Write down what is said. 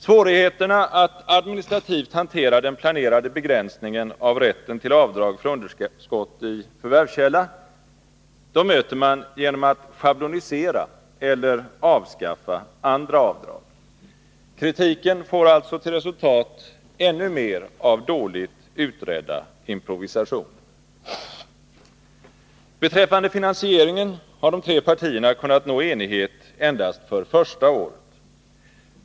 Svårigheten att administrativt hantera den planerade begränsningen av rätten till avdrag för underskott i förvärvskälla möter man genom att schablonisera eller avskaffa andra avdrag. Kritiken får alltså till resultat ännu mer av dåligt utredda improvisationer. Vad beträffar finansieringen har de tre partierna kunnat nå enighet endast för första året.